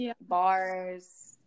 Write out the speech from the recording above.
bars